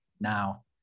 now